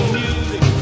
music